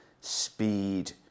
Speed